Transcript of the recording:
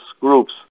groups